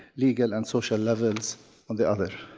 legal and social levels on the other.